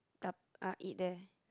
dab~ uh eat there